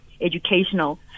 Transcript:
educational